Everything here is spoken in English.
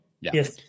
Yes